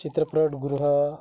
चित्रपट गृह